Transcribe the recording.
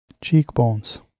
cheekbones